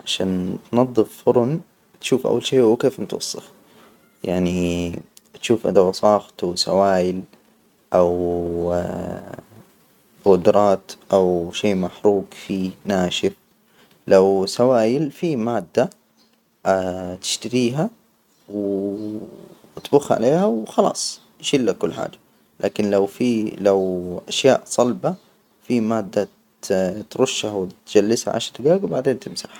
عشان تنظف فرن تشوف أول شي وهو كيف متوسخ، يعني تشوف إذا وساخته سوائل أو بودرات أو شي محروج فيه ناشف، لو سوائل فيه مادة تشتريها وأطبخ عليها وخلاص يشيلك كل حاجة، لكن لو فيه لو أشياء صلبة فيه مادة ترشها وتجلسها عشر دجايج وبعدين تمسحها.